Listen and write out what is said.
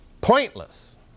Pointless